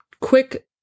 quick